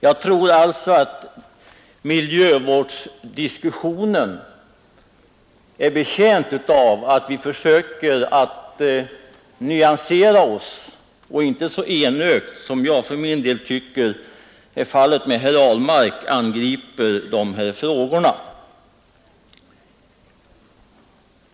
Jag tror att miljövårdsdiskussionen är betjänt av att vi försöker nyansera oss och inte så enögt angriper dessa frågor som jag tycker herr Ahlmark gör.